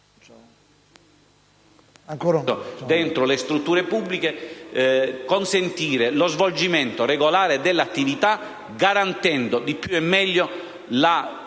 nelle strutture pubbliche, possano consentire lo svolgimento regolare dell'attività, garantendo di più e meglio la